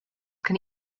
can